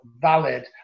valid